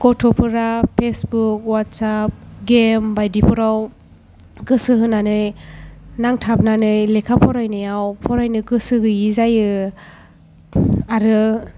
गथ'फोरा Facebook WhatsApp game बायदिफोराव गोसो होनानै नांथाबनानै लेखा फरायनायाव फरायनो गोसो गैयै जायो आरो